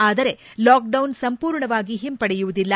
ಆದರೆ ಲಾಕ್ಡೌನ್ ಸಂಪೂರ್ಣವಾಗಿ ಹಿಂಪಡೆಯುವುದಿಲ್ಲ